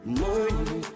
morning